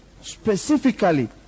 specifically